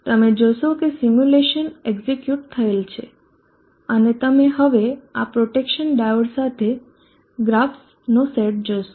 તમે જોશો કે સિમ્યુલેશન એક્ઝેક્યુટ થયેલ છે અને તમે હવે આ પ્રોટેક્શન ડાયોડ સાથે ગ્રાફ્સનો સેટ જોશો